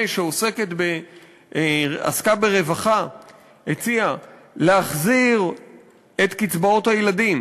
שעסקה ברווחה להחזיר את קצבאות הילדים,